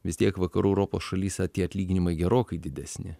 vis tiek vakarų europos šalyse tie atlyginimai gerokai didesni